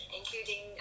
including